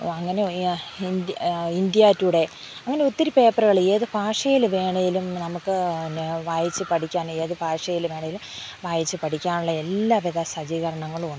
അങ്ങനെ എന്ത് India Today അങ്ങനെ ഒത്തിരി പേപ്പറുകൾ ഏത് ഭാഷയിൽ വേണമെങ്കിലും നമുക്ക് വായിച്ചു പഠിക്കാൻ ഏത് ഭാഷയിൽ വേണമെങ്കിലും വായിച്ചു പഠിക്കാനുള്ള എല്ലാ വിധ സജ്ജീകരണങ്ങളും ഉണ്ട്